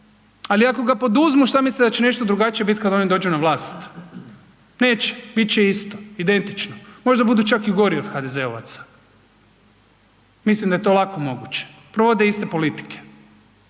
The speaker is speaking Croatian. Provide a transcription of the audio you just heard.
Ali ako ga poduzmu što mislite da će nešto drugačije biti kada oni dođu na vlast? Neće. Bit će isto. Identično. Možda budu čak i gori od HDZ-ovaca. Mislim da je to lako moguće. Provode iste politike